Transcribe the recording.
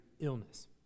illness